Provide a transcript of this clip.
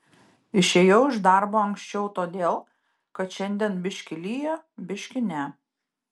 išėjau iš darbo anksčiau todėl kad šiandien biški lyja biški ne